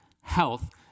Health